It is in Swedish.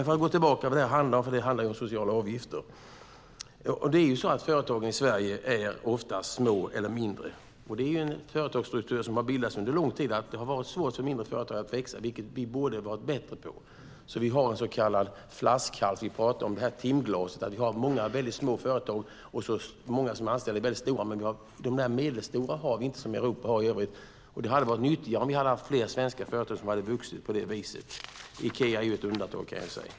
Jag går tillbaka till vad detta handlar om, sociala avgifter. Företagen i Sverige är ofta små eller mindre. Det är en företagsstruktur som har bildats under lång tid. Det har varit svårt för mindre företag att växa. Vi borde ha varit bättre på det. Vi har en så kallad flaskhals. Vi talar om timglaset. Vi har många väldigt små företag och många som är anställda i väldigt stora. Men de medelstora har vi inte som man har i Europa i övrigt. Det hade varit nyttigare om vi haft fler svenska företag som vuxit på det viset. Ikea är där ett undantag.